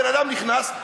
הבן-אדם נכנס,